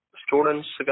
students